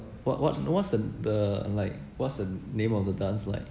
what what no what's the the like what's the name of the dance like